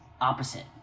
opposite